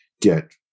get